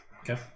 Okay